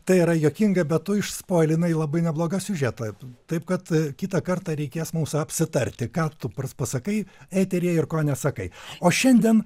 tai yra juokinga bet tu išspoilinai labai neblogą siužetą taip kad kitą kartą reikės mums apsitarti ką tu pasakai eteryje ir ko nesakai o šiandien